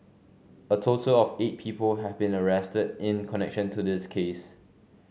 a total of eight people have been arrested in connection to this case